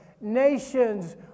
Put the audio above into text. nations